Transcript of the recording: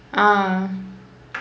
ah